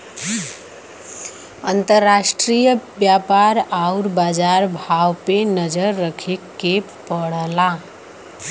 अंतराष्ट्रीय व्यापार आउर बाजार भाव पे नजर रखे के पड़ला